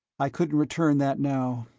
i couldn't return that now.